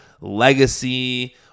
legacy